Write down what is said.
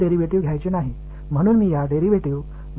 எனவே நான் வெக்டர் புலத்தை எடுத்து அதன் டிரைவேடிவ் எடுக்க வேண்டும்